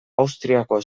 austriako